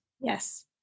Yes